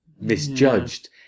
misjudged